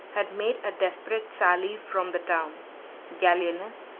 had made a desperate sally from the town gallienus,